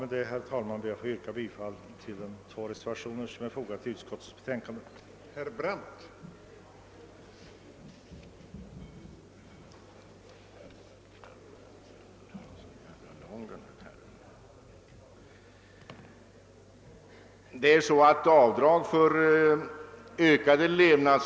Med det anförda ber jag att få yrka bifall till de båda reservationer som är fogade vid bevillningsutskottets betänkande nr 19.